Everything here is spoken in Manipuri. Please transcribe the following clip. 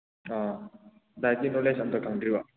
ꯑꯥ ꯗꯥꯏꯠꯀꯤ ꯅꯣꯂꯦꯖ ꯑꯝꯇ ꯈꯪꯗ꯭ꯔꯤꯕ